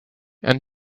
and